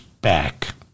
back